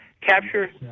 Capture